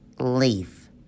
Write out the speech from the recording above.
leaf